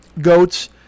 goats